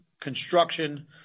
construction